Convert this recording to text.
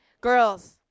Girls